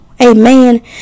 Amen